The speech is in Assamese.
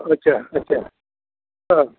আচ্চা আচ্চা অঁ